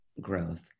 growth